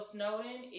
Snowden